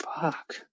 Fuck